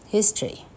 History 。